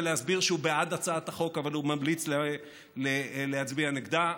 ולהסביר שהוא בעד הצעת החוק אבל הוא ממליץ להצביע נגדה.